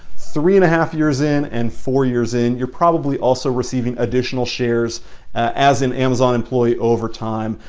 three and a half years in and four years in. you're probably also receiving additional shares as an amazon employee over time.